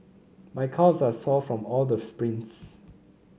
my calves are sore from all the sprints